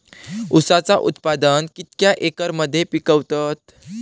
ऊसाचा उत्पादन कितक्या एकर मध्ये पिकवतत?